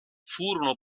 furono